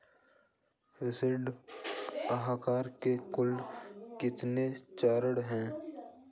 ऋण आहार के कुल कितने चरण हैं?